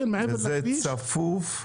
וזה צפוף.